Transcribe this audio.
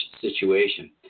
situation